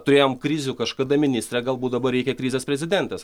turėjom krizių kažkada ministrę galbūt dabar reikia krizės prezidentės